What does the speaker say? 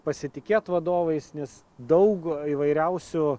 pasitikėt vadovais nes daug įvairiausių